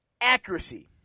accuracy